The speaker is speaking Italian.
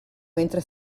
mentre